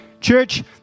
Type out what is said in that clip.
Church